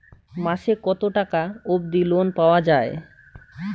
মাসে কত টাকা অবধি লোন পাওয়া য়ায়?